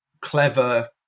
clever